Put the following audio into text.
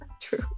True